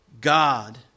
God